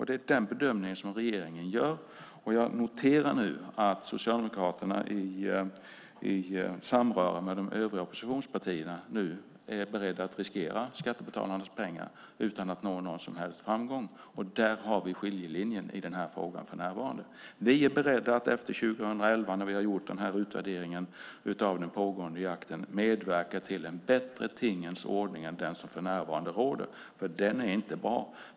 Det är denna bedömning regeringen gör, och jag noterar att Socialdemokraterna i samröre med de övriga oppositionspartierna nu är beredda att riskera skattebetalarnas pengar utan att nå någon som helst framgång. Där har vi för närvarande skiljelinjen i denna fråga. Vi är beredda att efter 2011, när vi har gjort denna utvärdering av den pågående jakten, medverka till en bättre tingens ordning än den som för närvarande råder. Den är nämligen inte bra.